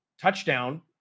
touchdown